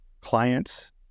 clients